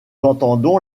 entendons